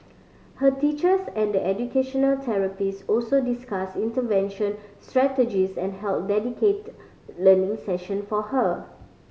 her teachers and the educational therapists also discussed intervention strategies and held dedicated learning session for her